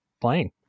playing